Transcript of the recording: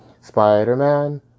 Spider-Man